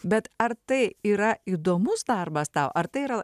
bet ar tai yra įdomus darbas tau ar tai yra